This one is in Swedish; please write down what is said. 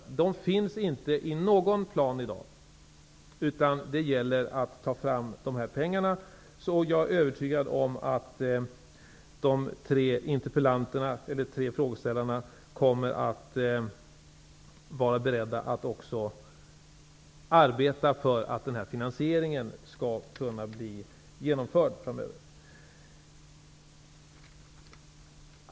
De pengarna finns inte med i någon plan i dag, utan det gäller att ta fram dessa. Jag är övertygad om att de tre frågeställarna kommer att vara beredda att också arbeta för att finansieringen skall kunna genomföras.